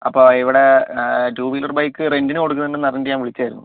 അപ്പോൾ ഇവിടെ two wheeler bike റെൻ്റിന് കൊടുക്കുന്നുണ്ടെന്ന് അറിഞ്ഞിട്ട് ഞാൻ വിളിച്ചതായിരുന്നു